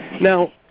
Now